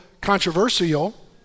controversial